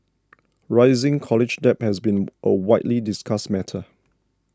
rising college debt has been a widely discussed matter